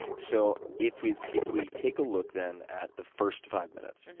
so if we if we take a look, then, at the first five minutes,